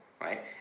right